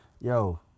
yo